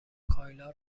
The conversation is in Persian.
کایلا